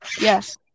Yes